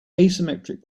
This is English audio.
asymmetric